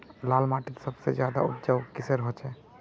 लाल माटित सबसे ज्यादा उपजाऊ किसेर होचए?